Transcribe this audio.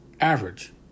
average